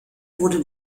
wurde